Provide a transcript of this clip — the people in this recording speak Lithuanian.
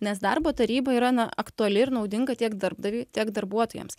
nes darbo taryba yra na aktuali ir naudinga tiek darbdaviui tiek darbuotojams